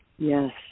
Yes